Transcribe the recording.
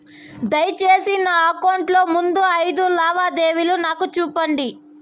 దయసేసి నా అకౌంట్ లో ముందు అయిదు లావాదేవీలు నాకు చూపండి